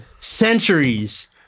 centuries